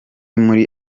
muri